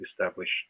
established